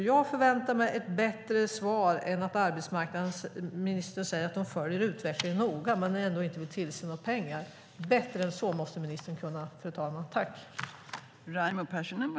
Jag förväntar mig därför ett bättre svar än att arbetsmarknadsministern säger att hon följer utvecklingen noga men inte vill tillföra några pengar. Bättre än så måste ministern kunna.